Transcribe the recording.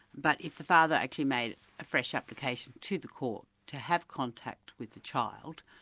but if the father actually made a fresh application to the court to have contact with the child,